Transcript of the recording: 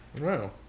Wow